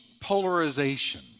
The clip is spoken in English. polarization